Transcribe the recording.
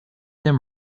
them